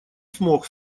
смог